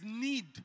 need